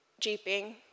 jeeping